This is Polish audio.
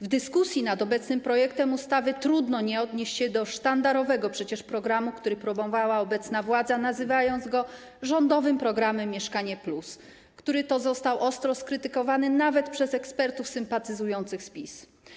W dyskusji nad obecnym projektem ustawy trudno nie odnieść się do sztandarowego przecież programu, który próbowała obecna władza, nazywając go rządowym programem „Mieszkanie+”, który został ostro skrytykowany nawet przez ekspertów sympatyzujących z PiS.